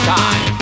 time